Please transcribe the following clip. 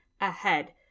ahead